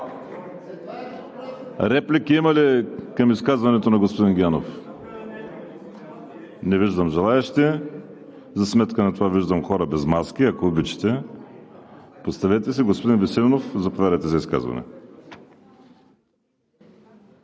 Реплики има ли към изказването на господин Генов? Не виждам желаещи. За сметка на това виждам хора без маски. Ако обичате, поставете си! Господин Веселинов, заповядайте за изказване.